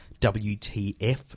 WTF